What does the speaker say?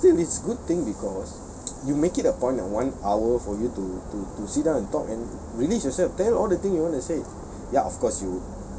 ya but but still it's good thing because you make it a point one hour for you to to to sit down and talk and release yourself tell all the thing you want to say